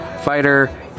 Fighter